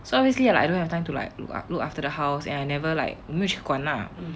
so obviously and I don't have time to like outlook after the house and I never like 去管 lah